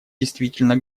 действительно